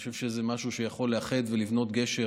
אני חושב שזה משהו שיכול לאחד ולבנות גשר